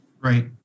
Right